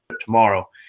tomorrow